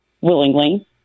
willingly